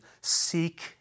Seek